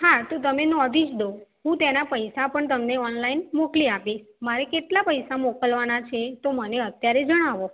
હા તો તમે નોંધી જ દો હું તેના પૈસા પણ તમને ઓનલાઈન મોકલી આપીશ મારે કેટલા પૈસા મોકલવાના છે તો મને અત્યારે જણાવો